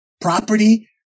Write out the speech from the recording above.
property